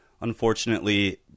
unfortunately